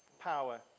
power